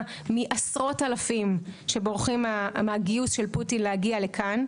מעשרות אלפים שבורחים מהגיוס של פוטין להגיע לכאן,